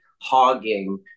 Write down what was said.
hogging